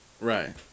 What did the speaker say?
Right